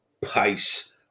pace